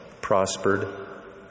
prospered